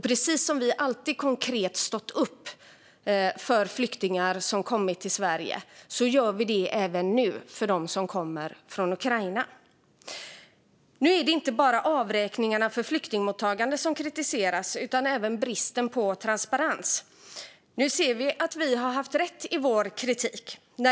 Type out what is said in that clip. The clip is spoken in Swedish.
Vi har alltid stått upp konkret för flyktingar som kommit till Sverige, och vi gör det även nu för dem som kommer från Ukraina. Nu är det inte bara avräkningarna för flyktingmottagandet som kritiseras, utan även bristen på transparens. Vi ser nu att vi har haft rätt i vår kritik.